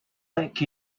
back